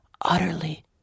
utterly